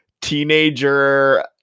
teenager